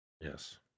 Yes